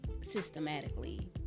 systematically